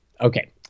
Okay